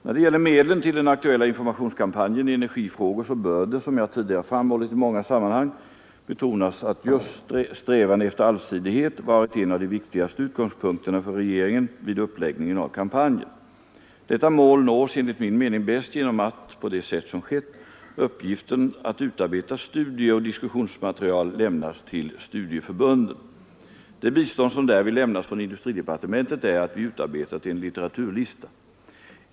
När det gäller medlen till den aktuella informationskampanjen i energifrågor bör det, som jag tidigare framhållit i många sammanhang, betonas att just strävan efter allsidighet varit en av de viktigaste utgångspunkterna för regeringen vid uppläggningen av kampanjen. Detta mål nås enligt min mening bäst genom att, på det sätt som skett, uppgiften att utarbeta studieoch diskussionsmaterial lämnas till studieförbunden. Det bistånd som därvid lämnats från industridepartementet är att vi utarbetat en litteraturlista.